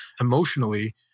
emotionally